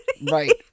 right